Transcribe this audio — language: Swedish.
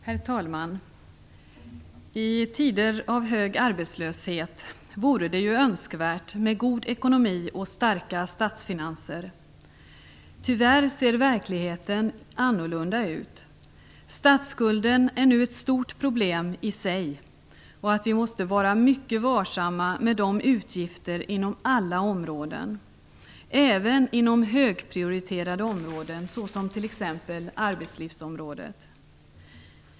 Herr talman! I tider av hög arbetslöshet vore det önskvärt med god ekonomi och starka statsfinanser. Tyvärr ser verkligheten annorlunda ut. Statsskulden är nu i sig ett så stort problem att vi måste vara mycket varsamma med utgifter inom alla områden, även inom högprioriterade områden såsom arbetslivsområdet.